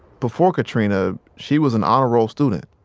before katrina, she was an honor-roll student.